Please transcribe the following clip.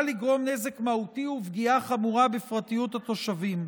לגרום נזק מהותי ופגיעה חמורה בפרטיות התושבים.